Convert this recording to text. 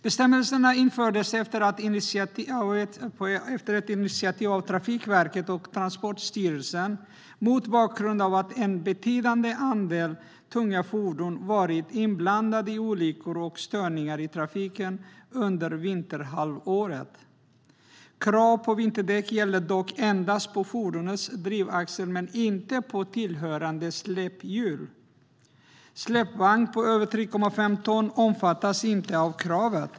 Bestämmelserna infördes efter ett initiativ från Trafikverket och Transportstyrelsen mot bakgrund av att en betydande andel tunga fordon varit inblandade i olyckor och störningar i trafiken under vinterhalvåret. Krav på vinterdäck gäller dock endast på fordonets drivaxel och inte på tillhörande släphjul. Släpvagn på över 3,5 ton omfattas inte av kravet.